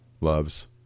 loves